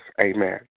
Amen